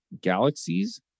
Galaxies